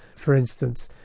for instance,